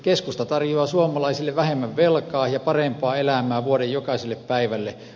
keskusta tarjoaa suomalaisille vähemmän velkaa ja parempaa elämää vuoden jokaiselle päivälle